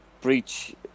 breach